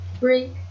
break